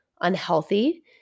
unhealthy